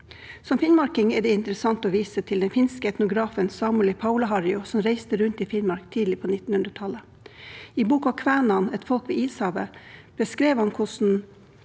Som finnmarking er det interessant å vise til den finske etnografen Samuli Paulaharju, som reiste rundt i Finnmark tidlig på 1900-tallet. I boken Kvenene – et folk ved Ishavet beskrev han hvordan